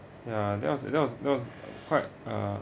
yeah that was that was that was quite uh